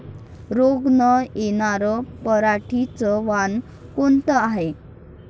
रोग न येनार पराटीचं वान कोनतं हाये?